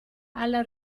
alla